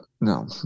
no